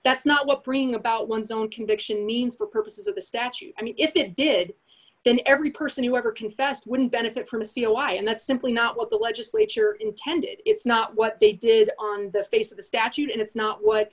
that's not what bring about one's own conviction means for purposes of the statute i mean if it did then every person who ever confessed wouldn't benefit from a c o y and that's simply not what the legislature intended it's not what they did on the face of the statute and it's not what